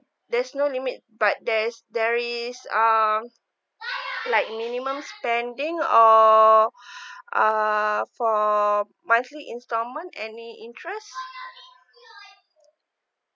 there's no limit but there's there is um like minimum spending or uh for monthly installment any interest